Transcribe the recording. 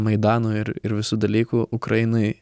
maidano ir ir visų dalykų ukrainoj